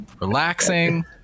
relaxing